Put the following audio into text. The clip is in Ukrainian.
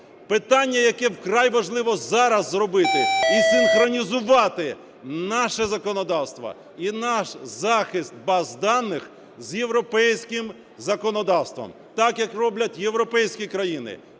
Питання, яке вкрай важливе зараз – зробити і синхронізувати наше законодавство і наш захист баз даних з європейським законодавством. Так як роблять європейські країни.